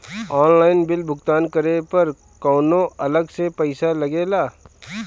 Online bill भुगतान करे पर कौनो अलग से पईसा लगेला?